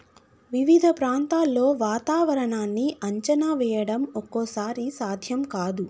వివిధ ప్రాంతాల్లో వాతావరణాన్ని అంచనా వేయడం ఒక్కోసారి సాధ్యం కాదు